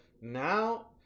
Now